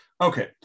Okay